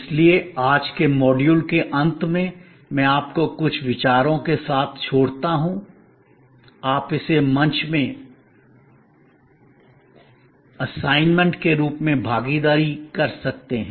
इसलिए आज के मॉड्यूल के अंत में मैं आपको कुछ विचारों के साथ छोड़ता हूं आप इसे मंच में असाइनमेंट के रूप में भागीदारी कर सकते हैं